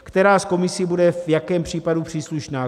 Která z komisí bude v jakém případu příslušná?